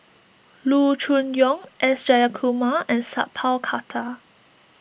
Loo Choon Yong S Jayakumar and Sat Pal Khattar